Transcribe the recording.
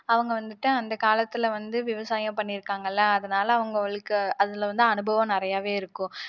அவங்க வந்துட்டு அந்த காலத்தில் வந்து விவசாயம் பண்ணிருக்காங்கல அதனால அவங்களுக்கு அதில் வந்து அனுபவம் நிறையாவே இருக்கும்